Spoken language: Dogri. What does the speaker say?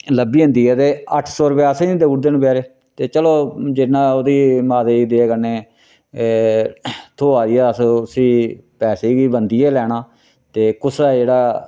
लब्भी जंदी ऐ ते अट्ठ सौ रपेआ असें बी देई ओडदे न बचेरे ते चलो जिन्ना ओह्दी माता दी दया कन्नै थ्होआ दी अस उसी पैसे गी बंदियै लैना ते कुसै जेह्ड़ा